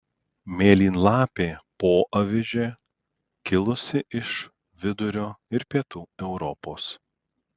mėlynlapė poavižė kilusi iš vidurio ir pietų europos